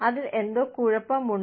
അതിൽ എന്തോ കുഴപ്പമുണ്ട്